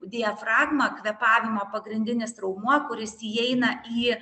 diafragma kvėpavimo pagrindinis raumuo kuris įeina į